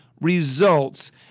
results